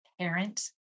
parent